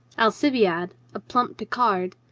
alcibiade, a plump picard,